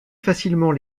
facilement